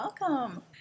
Welcome